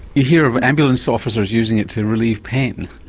you hear of ambulance officers using it to relieve pain?